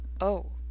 Oh